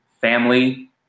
family